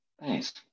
thanks